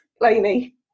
Lainey